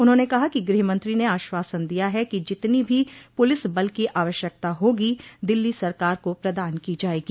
उन्होंने कहा कि गृहमंत्री ने आश्वासन दिया है कि जितनी भी पुलिस बल की आवश्यकता होगी दिल्ली सरकार को प्रदान की जायेगी